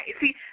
See